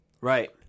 Right